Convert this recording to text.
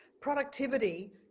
productivity